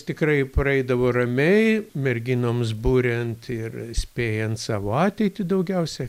tikrai praeidavo ramiai merginoms buriant ir spėjant savo ateitį daugiausia